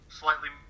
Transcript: slightly